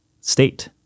state